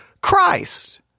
Christ